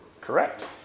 Correct